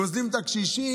גוזלים את הקשישים,